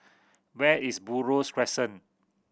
where is Buroh Crescent